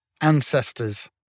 ancestors